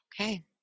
Okay